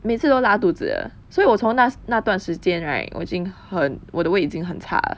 每次都拉肚子的所以我从那那段时间 right 我已经很我的胃已经很差了